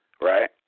right